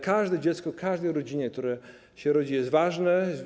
Każde dziecko w każdej rodzinie, które się rodzi, jest ważne.